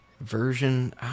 version